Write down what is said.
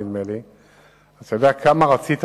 2. מה הוא שיעור התקציב שנוצל לכך?